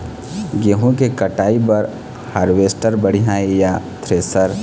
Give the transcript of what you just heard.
गेहूं के कटाई बर हारवेस्टर बढ़िया ये या थ्रेसर?